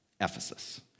Ephesus